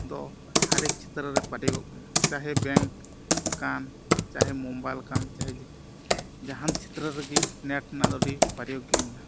ᱫᱚ ᱦᱟᱨᱮᱠ ᱪᱷᱮᱛᱨᱚ ᱨᱮ ᱯᱨᱳᱭᱳᱜᱽ ᱚᱜ ᱠᱟᱱᱟ ᱪᱟᱦᱮ ᱵᱮᱝᱠ ᱠᱟᱱ ᱪᱟᱦᱮ ᱢᱳᱵᱟᱭᱤᱞ ᱠᱟᱱ ᱪᱟᱦᱮ ᱡᱟᱦᱟᱱ ᱪᱷᱮᱛᱨᱚ ᱨᱮᱜᱮ ᱱᱮᱴ ᱨᱮᱭᱟᱜ ᱫᱚ ᱟᱹᱰᱤ ᱯᱨᱳᱭᱳᱜᱽ ᱜᱮ ᱢᱮᱱᱟᱜᱼᱟ